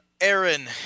aaron